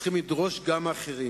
צריכים לדרוש גם מהאחרים.